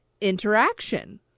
interaction